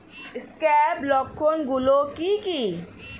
Scab লক্ষণ গুলো কি কি?